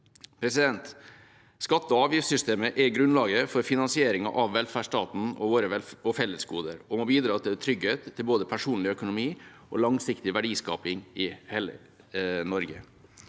Skatte- og avgiftssystemet er grunnlaget for finansieringen av velferdsstaten og våre fellesgoder og må bidra til trygghet for både personlig økonomi og langsiktig verdiskaping i hele Norge.